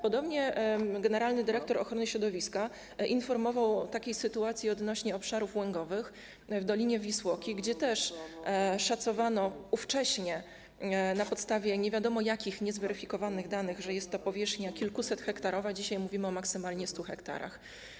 Podobnie generalny dyrektor ochrony środowiska informował o takiej sytuacji odnośnie do obszarów łęgowych w dolinie Wisłoki, gdzie też szacowano ówcześnie na podstawie nie wiadomo jakich, niezweryfikowanych danych, że jest to powierzchnia kilkusethektarowa, a dzisiaj mówimy o maksymalnie 100 ha.